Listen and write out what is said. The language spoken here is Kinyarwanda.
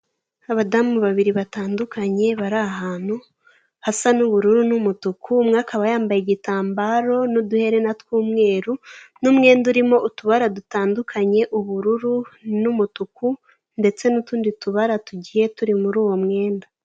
Abadamu babiri batandukanye bari ahantu hasa n'ubururu n'umutuku, umwe akaba yamabaye igitambaro n'uduherene tw'umweru n'umwenda urimo utubara dutandukanye ubururu n'umutuku, ndetse n'utundi tubara tugiye turi muri uwo mwenda.